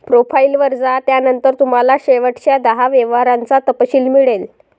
profile वर जा, त्यानंतर तुम्हाला शेवटच्या दहा व्यवहारांचा तपशील मिळेल